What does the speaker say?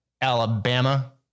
Alabama